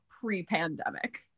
pre-pandemic